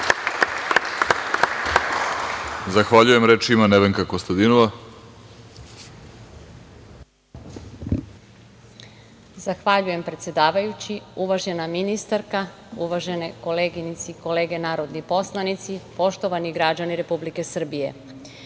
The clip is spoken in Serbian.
Kostadinova. **Nevenka Kostadinova** Zahvaljujem predsedavajući, uvažena ministarka, uvažene koleginice i kolege narodni poslanici, poštovani građani Republike Srbije. Pred